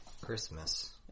Christmas